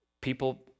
people